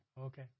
Okay